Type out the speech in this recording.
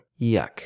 yuck